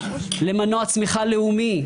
למנוע צמיחה לאומי,